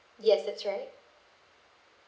yes that's right